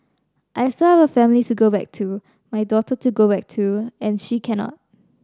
I still have a family to go back to my daughter to go back to and she cannot